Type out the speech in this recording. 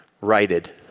righted